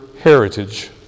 heritage